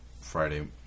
Friday